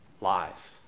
lies